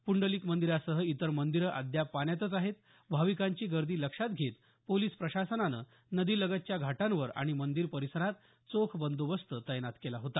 पुंडलिक मंदिरासह इतर मंदिरं अद्याप पाण्यातच आहेत भाविकांची गर्दी लक्षात घेत पोलीस प्रशासनानं नदीलगतच्या घाटांवर आणि मंदिर परिसरात चोख बंदोबस्त तैनात केला होता